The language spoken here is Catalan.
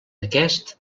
aquest